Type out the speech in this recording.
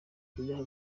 perezida